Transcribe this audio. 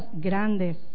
grandes